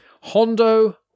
Hondo